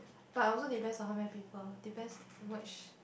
but also depends on how many people depends which